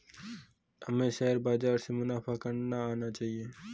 हमें शेयर बाजार से मुनाफा करना आना चाहिए